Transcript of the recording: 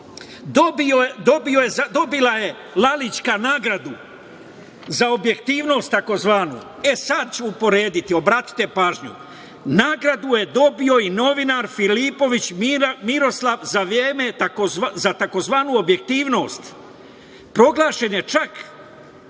je Lalićka nagradu za objektivnost takozvanu. E, sad ću uporediti, obratite pažnju, nagradu je dobio i novinar Filipović Miroslav za tzv. objektivnost. Proglašen je čak